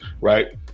right